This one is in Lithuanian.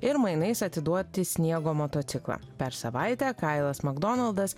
ir mainais atiduoti sniego motociklą per savaitę kailas makdonaldas